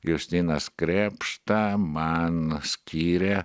justinas krėpšta man skyrė